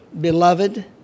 Beloved